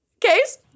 case